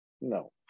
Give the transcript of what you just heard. No